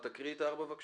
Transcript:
תקריא את (4), בבקשה.